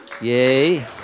Yay